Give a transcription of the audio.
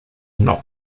not